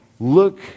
Look